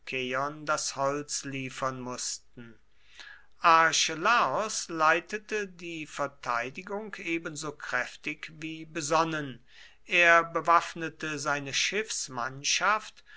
das holz liefern mußten archelaos leitete die verteidigung ebenso kräftig wie besonnen er bewaffnete seine